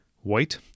White